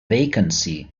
vacancy